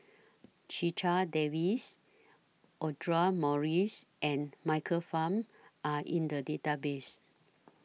Checha Davies Audra Morrice and Michael Fam Are in The Database